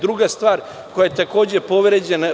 Druga stvar koja je takođe povređena.